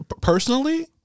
personally